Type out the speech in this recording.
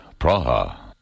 Praha